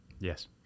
Yes